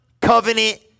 covenant